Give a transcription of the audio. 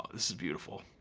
ah this is beautiful.